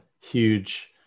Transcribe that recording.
huge